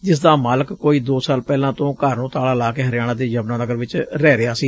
ਜਿਸ ਦਾ ਮਾਲਕ ਕੋਈ ਦੋ ਸਾਲ ਪਹਿਲਾਂ ਤੋਂ ਘਰ ਨੂੰ ਤਾਲਾ ਲਾ ਕੇ ਹਰਿਆਣਾ ਦੇ ਯਮੁਨਾਨਗਰ ਵਿਚ ਰਹਿ ਰਿਹਾ ਸੀ